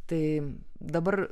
tai dabar